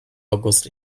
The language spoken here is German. august